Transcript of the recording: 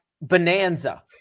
bonanza